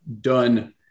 done